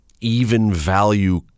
even-value